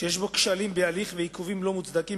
שיש בו כשלים בהליך ועיכובים לא מוצדקים,